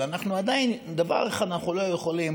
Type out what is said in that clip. אבל עדיין, דבר אחד אנחנו לא יכולים